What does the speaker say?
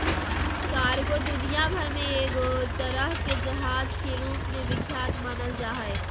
cargo दुनिया भर मे एगो तरह के जहाज के रूप मे विख्यात मानल जा हय